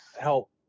help